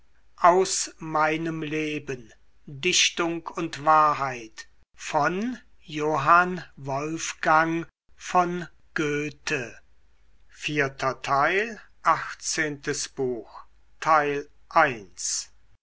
aus meinem leben dichtung und wahrheit